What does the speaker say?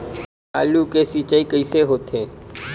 आलू के सिंचाई कइसे होथे?